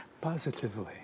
positively